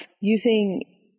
using